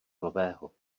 nového